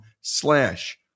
slash